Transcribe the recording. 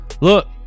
Look